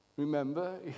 Remember